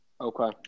Okay